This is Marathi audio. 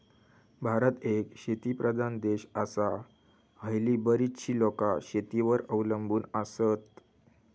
भारत एक शेतीप्रधान देश आसा, हयली बरीचशी लोकां शेतीवर अवलंबून आसत